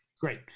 Great